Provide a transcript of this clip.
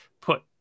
put